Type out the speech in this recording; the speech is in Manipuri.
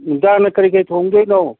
ꯑꯦꯟꯁꯥꯡꯅ ꯀꯔꯤ ꯀꯔꯤ ꯊꯣꯡꯗꯣꯏꯅꯣ